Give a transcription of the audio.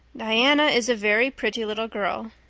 diana is a very pretty little girl.